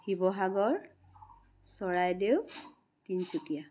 Sivasagar Charaideo Tinsukia